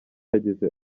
yagize